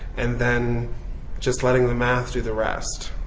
and then just letting the math do the rest.